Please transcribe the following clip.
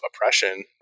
oppression